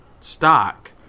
stock